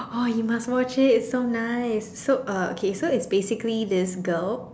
oh you must watch it it's so nice so uh so okay so it's basically this girl